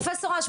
פרופ' אש,